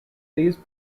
these